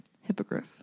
Hippogriff